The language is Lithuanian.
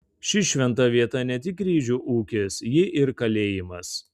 ši šventa vieta ne tik ryžių ūkis ji ir kalėjimas